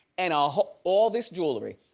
and all all this jewelry,